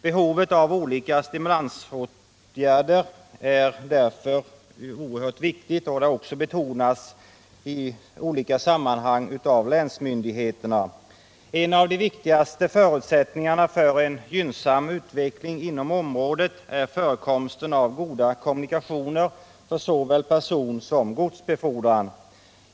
Behovet av olika stimulerande insatser är därför oerhört stort och har också betonats i olika sammanhang av länsmyndigheterna. En av de viktigaste förutsättningarna för en gynnsam utveckling inom området är förekomsten av goda kommunikationer för såväl personsom godsbefordran.